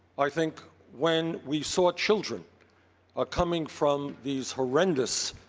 i think when we saw children ah coming from these horrendous,